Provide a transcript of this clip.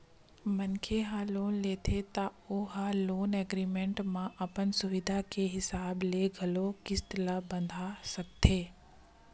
मनखे ह लोन लेथे त ओ ह लोन एग्रीमेंट म अपन सुबिधा के हिसाब ले घलोक किस्ती ल बंधा सकथे